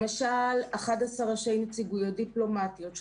למשל 11 ראשי נציגויות דיפלומטיות,